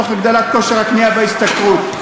תוך הגדלת כושר הקנייה וההשתכרות,